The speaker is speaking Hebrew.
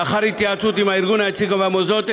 לאחר התייעצות עם הארגון היציג והמוסדות,